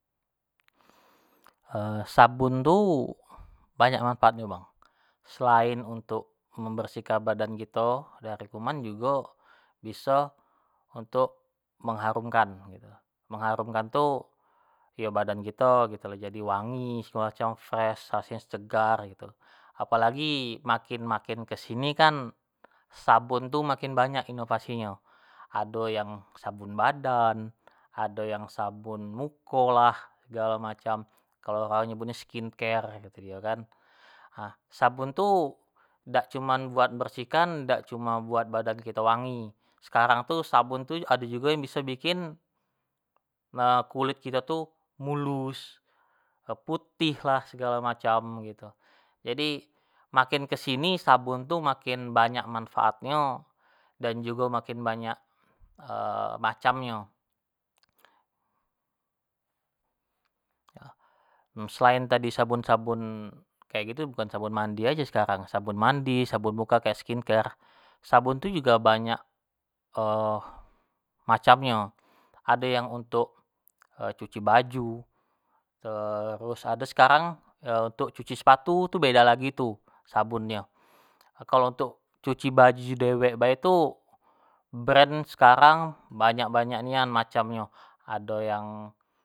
sabun tu banyak manfaat nyo bang, selain untuk membersihkan badan kito dari kuman jugo biso untuk mengharumkan gitu lo, mengharumkan tu yo badan kito gitu lo jadi wangi, semacam fresh hasilnyo segar gitu apo lagi makin-makin kesini kan, sabun tu makin banyak inovasinyo, ado yang sabun badan, ado yang sabun muko lah, segalo macam, kalo orang nyebutnyo skin care kato duio gitu kan, nah sabun tuh dak cumin buat bersihkan dak cuman buat badan kito wangi, sekarang tu sabun tu ado jugo yang biso bikin kulit kito tu mulus, putih lah, segalo macam gitu, jadi makin kesini sabun, itu makin banyak manfaat nyo dan jugo makin banyak macam nyo, selain tadi sabun-sabun kek gitu, bukan sabun mandi ajo sekarang, sabun mandi, sabun muka kek skin care, sabun tu jugo banyak macamnyo, ado yang untuk cuci baju, terus ado sekarang untuk cuci sepatu beda lagi tu sabunnyo, untuk cuci baju dewek bae tu brand sekarang banyak-banyak nian macam nyo, ado yang.